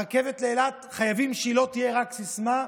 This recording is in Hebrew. הרכבת לאילת, חייבים שהיא לא תהיה רק סיסמה,